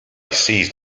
seized